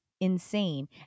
insane